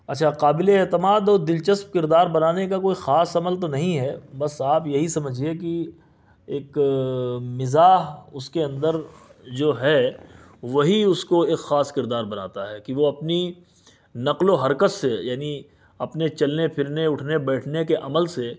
اچھا قابل اعتماد اور دلچسپ کردار بنانے کا کوئی خاص عمل تو نہیں ہے بس آپ یہی سمجھیے کہ ایک مزاح اس کے اندر جو ہے وہی اس کو ایک خاص کردار بناتا ہے کہ وہ اپنی نقل و حرکت سے یعنی اپنے چلنے پھرنے اٹھنے بیٹھنے کے عمل سے